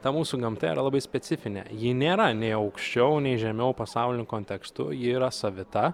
ta mūsų gamta yra labai specifinė ji nėra nei aukščiau nei žemiau pasauliniu kontekstu ji yra savita